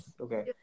okay